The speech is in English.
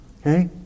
Okay